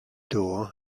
door